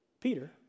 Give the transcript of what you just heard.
Peter